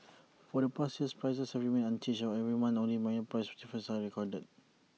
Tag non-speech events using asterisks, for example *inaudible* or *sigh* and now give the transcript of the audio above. *noise* for the past years prices have remained unchanged and every month only minor price differences are recorded